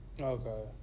Okay